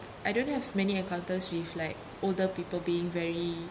I don't have many encounters with like older people being very